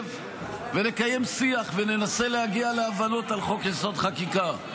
נשב ונקיים שיח וננסה להגיע להבנות על חוק-יסוד: החקיקה.